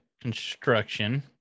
construction